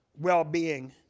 well-being